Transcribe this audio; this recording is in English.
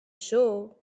show